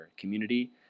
community